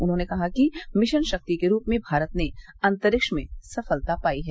उन्होंने कहा कि मिशन शक्ति के रूप में भारत ने अंतरिक्ष में सफलता पाई है